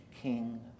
king